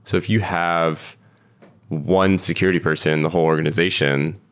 so if you have one security person in the whole organization,